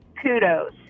kudos